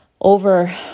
over